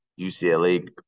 UCLA